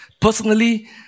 Personally